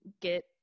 get